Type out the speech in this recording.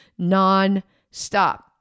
nonstop